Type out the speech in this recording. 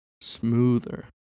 smoother